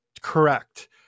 correct